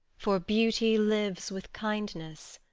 for beauty lives with kindness.